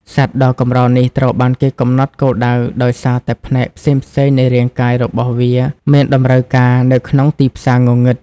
សត្វដ៏កម្រនេះត្រូវបានគេកំណត់គោលដៅដោយសារតែផ្នែកផ្សេងៗនៃរាងកាយរបស់វាមានតម្រូវការនៅក្នុងទីផ្សារងងឹត។